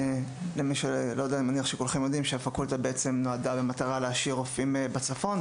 אני מניח שכולכם יודעים שהפקולטה נועדה במטרה להשאיר רופאים בצפון,